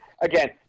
Again